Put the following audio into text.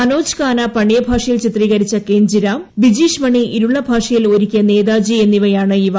മനോജ് കാന പണിയ ഭാഷയിൽ ചിത്രീകരിച്ച കെഞ്ചിര വിജീഷ് മണി ഇരുള ഭാഷയിൽ ഒരുക്കിയ നേതാജി എന്നിവയാണ് ഇവ